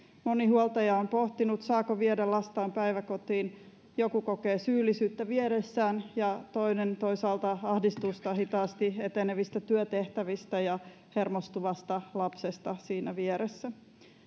moni huoltaja on pohtinut saako viedä lastaan päiväkotiin joku kokee syyllisyyttä viedessään ja toinen toisaalta ahdistusta hitaasti etenevistä työtehtävistä ja hermostuvasta lapsesta siinä vieressä